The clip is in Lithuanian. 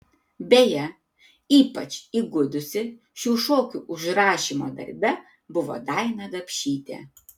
beje ypač įgudusi šių šokių užrašymo darbe buvo daina gapšytė